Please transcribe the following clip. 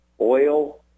Oil